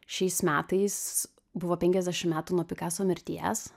šiais metais buvo penkiasdešim metų nuo pikaso mirties